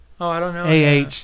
A-H